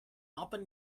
open